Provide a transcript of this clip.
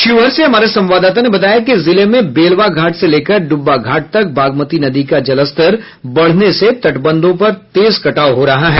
शिवहर से हमारे संवाददाता ने बताया कि जिले में बेलवा घाट से लेकर डुब्बा घाट तक बागमती नदी का जलस्तर बढ़ने से तटबंधों पर तेज कटाव हो रहा है